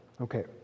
Okay